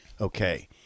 Okay